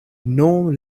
nor